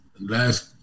Last